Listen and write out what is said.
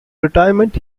retirement